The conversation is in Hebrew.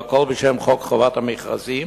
והכול בשם חוק חובת המכרזים